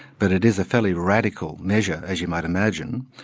but it is a fairly radical measure, as you might imagine,